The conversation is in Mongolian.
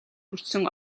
хүртсэн